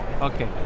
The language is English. Okay